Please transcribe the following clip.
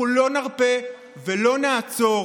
אנחנו לא נרפה ולא נעצור